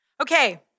Okay